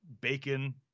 bacon